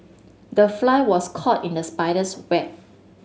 the fly was caught in the spider's web